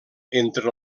entre